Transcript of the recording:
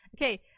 Okay